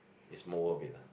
is more worth it lah